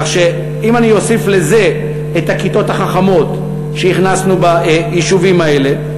כך שאם אני אוסיף לזה את הכיתות החכמות שהכנסנו ביישובים האלה,